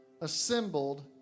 assembled